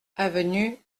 avenue